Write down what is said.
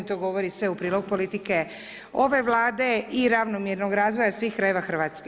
To govori sve u prilog politike ove Vlade i ravnomjernog razvoja svih krajeva RH.